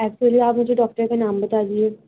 actually آپ مجھے doctor کے نام بتا دیجیے